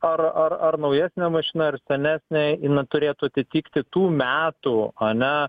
ar ar ar naujesnė mašina ar senesnė jinai turėtų atitikti tų metų a ne